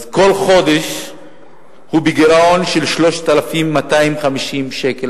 אז כל חודש הוא בגירעון של 3,250 שקל,